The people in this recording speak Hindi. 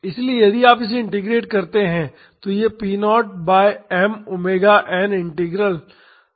इसलिए यदि आप इसे इंटीग्रेट करते हैं तो यह p0 by m omega n integral sign होगा